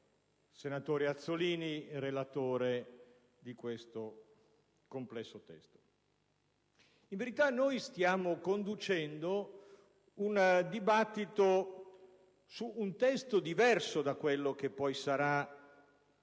senatore Azzollini, relatore di tale complesso testo. In verità, stiamo conducendo un dibattito su un testo diverso da quello sul quale